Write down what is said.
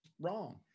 wrong